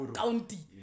county